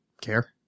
care